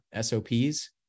SOPs